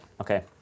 Okay